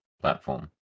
platform